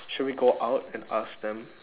should we go out and ask them